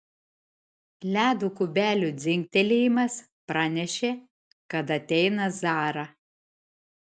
ledo kubelių dzingtelėjimas pranešė kad ateina zara